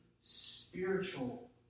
spiritual